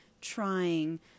trying